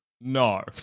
No